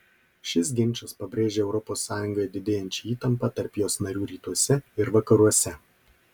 šis ginčas pabrėžė europos sąjungoje didėjančią įtampą tarp jos narių rytuose ir vakaruose